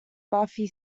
buffy